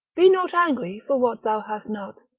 be not angry for what thou hast not,